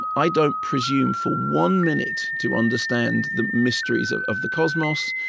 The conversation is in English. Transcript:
i don't presume for one minute to understand the mysteries of of the cosmos,